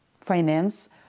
finance